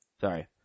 Sorry